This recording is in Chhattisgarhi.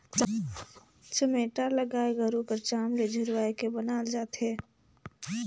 चमेटा ल गाय गरू कर चाम ल झुरवाए के बनाल जाथे